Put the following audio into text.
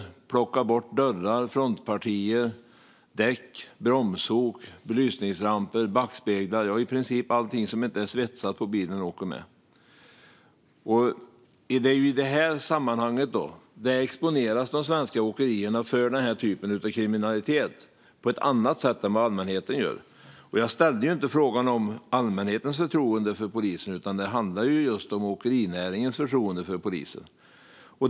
Man plockar bort dörrar, frontpartier, däck, bromsok, belysningsramper, backspeglar - ja, i princip allting som inte är svetsat på bilen åker med. De svenska åkerierna exponeras för den här typen av kriminalitet på ett annat sätt än allmänheten. Jag ställde inte en fråga om allmänhetens förtroende för polisen, utan det handlar just om åkerinäringens förtroende för polisen.